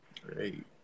Great